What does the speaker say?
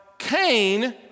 Cain